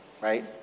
right